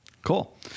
Cool